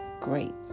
great